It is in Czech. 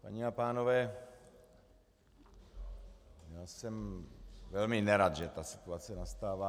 Paní a pánové, já jsem velmi nerad, že ta situace nastává.